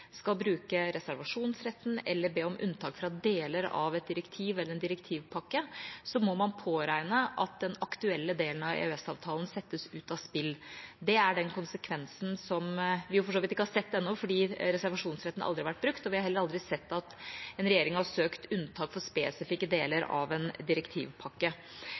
skal bruke reservasjonsretten eller be om unntak fra deler av et direktiv eller en direktivpakke, må man påregne at den aktuelle delen av EØS-avtalen settes ut av spill. Det er den konsekvensen som vi for så vidt ikke har sett ennå, fordi reservasjonsretten aldri har vært brukt, og vi har heller aldri sett at en regjering har søkt unntak for spesifikke deler av en direktivpakke.